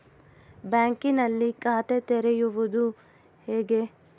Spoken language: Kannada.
ಬ್ಯಾಂಕಿನಲ್ಲಿ ಖಾತೆ ತೆರೆಯುವುದು ಹೇಗೆ?